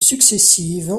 successives